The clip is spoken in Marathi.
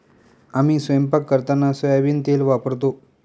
आम्ही स्वयंपाक करताना सोयाबीन तेल वापरतो